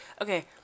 okay